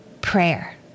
prayer